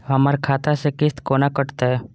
हमर खाता से किस्त कोना कटतै?